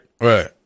Right